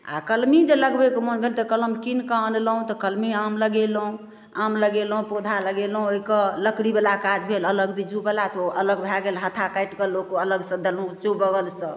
आओर कलमी जे लगबैके मोन भेल तऽ कलम कीनकऽ आनलहुँ तऽ कलमी आम लगेलहुँ आम लगेलहुँ पौधा लगेलहुँ ओइके लकड़ीवला काज भेल अलग बीजूवला तऽ ओ अलग भए गेल हत्था काटिकऽ लोक अलगसँ देलहुँ चौ बगलसँ